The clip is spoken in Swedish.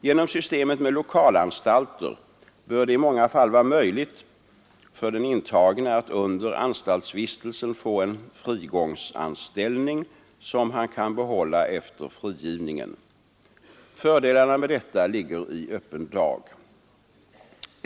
Genom systemet med lokalanstalter bör det i många fall vara möjligt för den intagne att under anstaltsvistelsen få en frigångsanställning som han kan behålla efter frigivningen. Fördelarna med detta ligger i öppen dag.